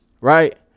Right